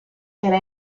era